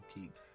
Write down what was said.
keep